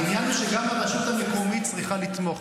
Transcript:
העניין הוא שגם הרשות המקומית צריכה לתמוך,